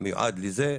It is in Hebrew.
מיועד לזה,